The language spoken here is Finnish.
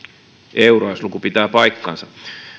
euroa jos luku pitää paikkansa